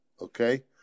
okay